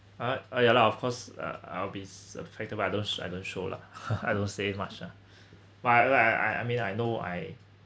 ah ah ya lah of course uh I'll be afraid by I don't I don't show lah I don't say much lah but I I I mean I know I